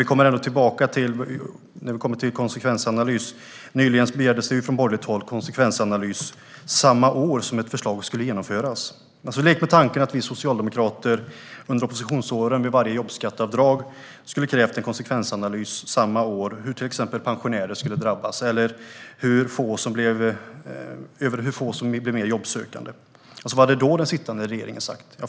Vi kommer ändå tillbaka till det här med konsekvensanalys. Nyligen krävdes en konsekvensanalys från borgerligt håll samma år som ett förslag skulle genomföras. Lek med tanken att vi socialdemokrater under oppositionsåren vid varje jobbskatteavdrag skulle ha krävt en konsekvensanalys av hur till exempel pensionärer skulle drabbas eller med hur lite de jobbsökande ökade i antal samma år. Vad hade då den sittande regeringen sagt?